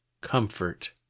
comfort